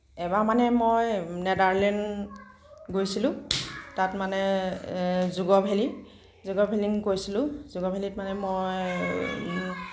এবাৰ মানে মই নেদাৰলেণ্ড গৈছিলোঁ তাত মানে যোগ' ভেলী যোগ' ভেলী গৈছিলোঁ যোগ' ভেলীত মানে মই